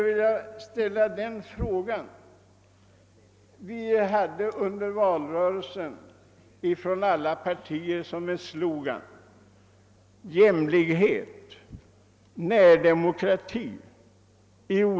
Vi hade under valrörelsen inom alla partier som en slogan jämlikhet och närdemokrati.